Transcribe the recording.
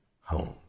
home